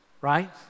right